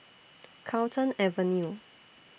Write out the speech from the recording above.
Carlton Avenue